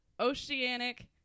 oceanic